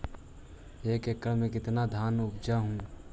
एक एकड़ मे कितना धनमा उपजा हू?